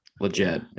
legit